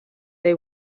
they